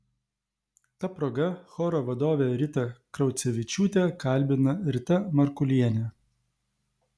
ta proga choro vadovę ritą kraucevičiūtę kalbina rita markulienė